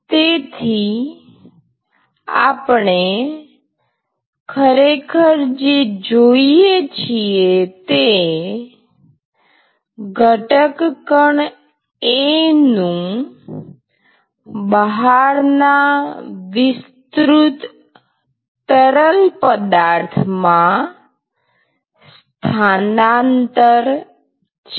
તેથી આપણે ખરેખર જે જોઈએ છીએ તે ઘટક કણ A નું બહારના વિસ્તૃત તરલ પદાર્થ માં સ્થાનાંતર છે